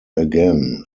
again